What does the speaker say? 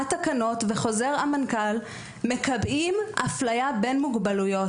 התקנות בחוזר מנכ"ל מקבעים אפליה בין מוגבלויות.